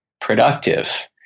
productive